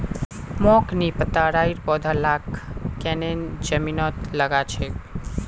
मोक नी पता राइर पौधा लाक केन न जमीनत लगा छेक